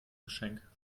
geschenk